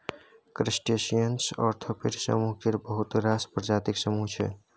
crustaceans arthropod समुह केर बहुत रास प्रजातिक समुह छै